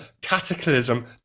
cataclysm